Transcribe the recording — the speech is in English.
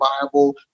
viable